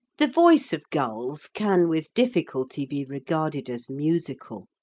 the voice of gulls can with difficulty be regarded as musical,